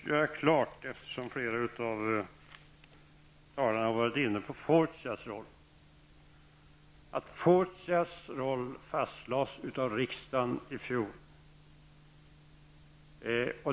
Herr talman! Jag vill först göra klart, eftersom flera av talarna har varit inne på Fortias roll, att Fortias roll fastlades av riksdagen i fjol.